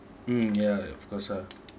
mm ya of course lah